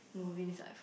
movies I've